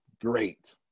Great